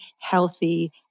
healthy